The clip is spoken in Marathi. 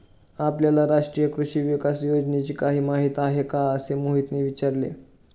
आपल्याला राष्ट्रीय कृषी विकास योजनेची काही माहिती आहे का असे मोहितने विचारले?